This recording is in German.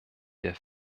der